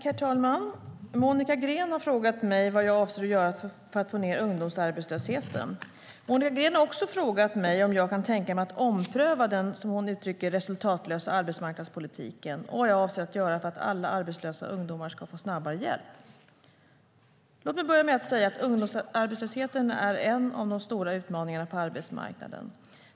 Herr talman! Monica Green har frågat mig vad jag avser att göra för att få ned ungdomsarbetslösheten. Monica Green har också frågat mig om jag kan tänka mig att ompröva den, som hon uttrycker det, resultatlösa arbetsmarknadspolitiken och vad jag avser att göra för att alla arbetslösa ungdomar ska få snabbare hjälp. Låt mig börja med att säga att ungdomsarbetslösheten är en av de stora utmaningarna på arbetsmarknaden.